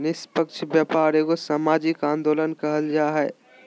निस्पक्ष व्यापार एगो सामाजिक आंदोलन कहल जा हइ